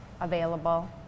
available